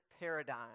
paradigm